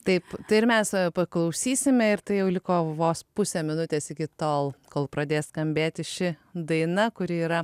taip tai ir mes paklausysime ir tai jau liko vos pusė minutės iki tol kol pradės skambėti ši daina kuri yra